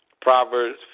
Proverbs